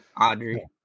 Audrey